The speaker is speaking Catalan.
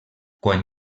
quan